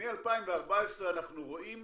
מ-2014 אנחנו רואים